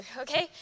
okay